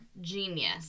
Genius